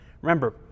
Remember